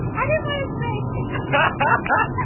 i didn't want to say it! but